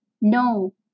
no